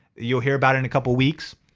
you'll hear about in a couple of weeks.